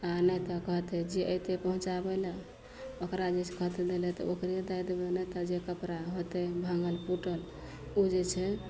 आओर नहि तऽ कहतय जे एतय पहुँचाबय लए ओकरा जइसे कहतय दै लए तऽ ओकरे दए देबय नहि तऽ जे कपड़ा होतय भाँगल फुटल उ जे छै